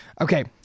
Okay